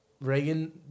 Reagan